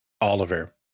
Oliver